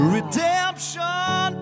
Redemption